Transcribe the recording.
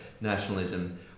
nationalism